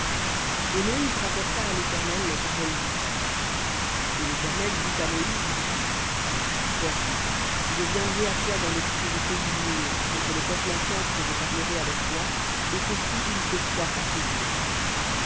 et moïse rapporta à l'éternel les paroles du peuple et l'éternel dit à moïse voici je viendrai à toi dans l'obscurité d'une nuée afin que le peuple entende quand je parlerai avec toi et qu'aussi ils te croient à toujours